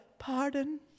Pardon